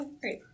Great